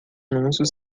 anúncio